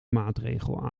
maatregel